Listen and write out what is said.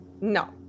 no